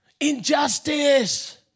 Injustice